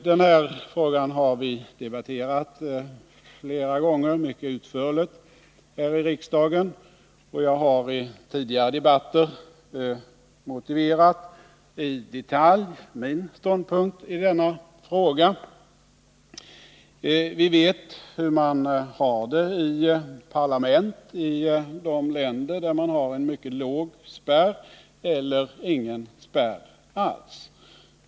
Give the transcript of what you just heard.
Denna fråga har vi debatterat utförligt här i kammaren flera gånger tidigare. Jag har i tidigare debatter i detalj motiverat min ståndpunkt i frågan. Vi vet hur man har det i parlamenten i de länder där man har en mycket låg spärr eller ingen spärr alls.